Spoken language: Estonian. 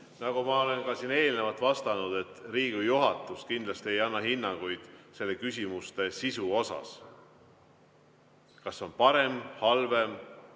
Nagu ma olen siin eelnevalt vastanud, et Riigikogu juhatus kindlasti ei anna hinnanguid küsimuste sisu kohta, kas on parem, halvem